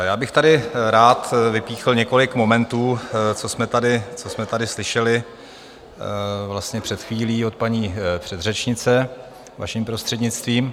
Já bych tady rád vypíchl několik momentů, co jsme tady slyšeli před chvílí od paní předřečnice, vaším prostřednictvím.